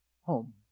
home